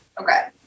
Okay